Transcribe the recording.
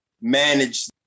manage